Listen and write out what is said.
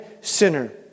sinner